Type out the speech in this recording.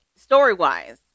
Story-wise